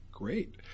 Great